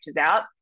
out